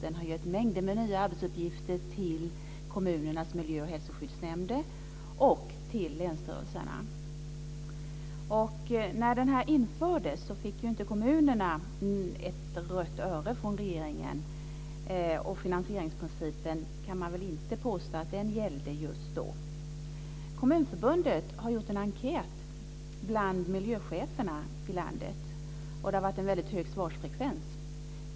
Den har gett mängder med nya arbetsuppgifter till kommunernas miljö och hälsoskyddsnämnder och till länsstyrelserna. När den infördes fick inte kommunerna ett rött öre från regeringen, och man kan väl inte påstå att finansieringsprincipen gällde just då. Kommunförbundet har gjort en enkät bland miljöcheferna i landet. Det har varit en väldigt hög svarsfrekvens.